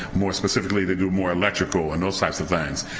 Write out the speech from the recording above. more specifically they do more electrical and those types of things.